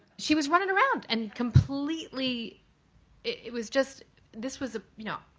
she was running around and completely it was just this was ah you know,